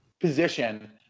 position